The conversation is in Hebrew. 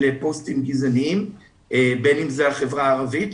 פוסטים גזעניים בין אם זאת החברה הערבית,